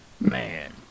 Man